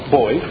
boy